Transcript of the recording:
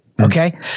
Okay